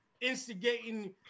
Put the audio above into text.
instigating